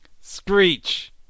Screech